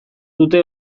dute